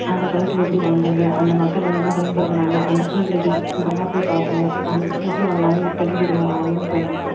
அந்த காலத்தில் எப்படி வாழ்ந்தாங்க அந்த மக்கள் என்னென்ன பயன்படுத்துனாங்க அந்த கீழடி இதெல்லாம் போய் பார்க்கணும் அந் எப்படி வாழ்ந்தாங்கன்னு தெரிஞ்சிக்கணும் அதெல்லாம் போய் நினைப்போம்